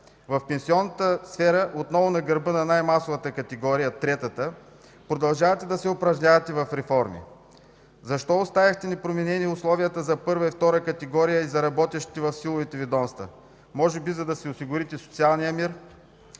В пенсионната сфера отново на гърба на най-масовата категория – третата, продължавате да се упражнявате в реформи. Защо оставихте непроменени условията за първа и втора категория труд и за работещите в силовите ведомства?! Може би, за да си осигурите социалния мир?!